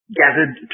gathered